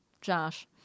Josh